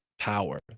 power